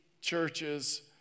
churches